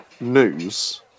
news